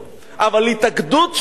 אבל התאגדות של מדינה,